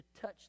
touch